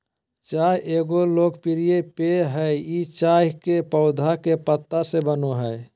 चाय एगो लोकप्रिय पेय हइ ई चाय के पौधा के पत्ता से बनो हइ